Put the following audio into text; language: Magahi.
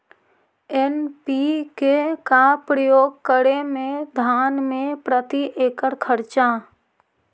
एन.पी.के का प्रयोग करे मे धान मे प्रती एकड़ खर्चा?